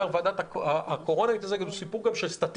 ועדת הקורונה מתעסקת גם בסטטיסטיקה.